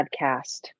podcast